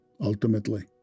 ultimately